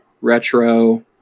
retro